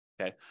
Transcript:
okay